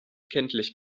kenntlich